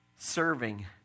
Serving